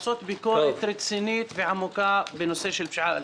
ולעשות ביקורת רצינית ועמוקה בנושא של פשיעה.